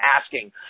asking